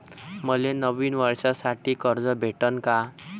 मले नवीन वर्षासाठी कर्ज भेटन का?